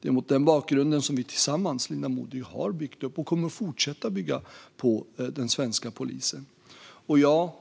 Det är mot den bakgrunden som vi tillsammans, Linda Modig, har byggt upp och kommer att fortsätta bygga på den svenska polisen. Och ja,